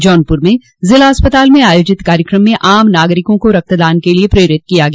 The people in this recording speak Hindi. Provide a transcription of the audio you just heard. जौनपूर में जिला अस्पताल में आयोजित कार्यक्रम में आम नागरिकों को रक्तदान के लिए प्रेरित किया गया